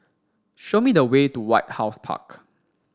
show me the way to White House Park